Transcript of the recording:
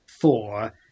four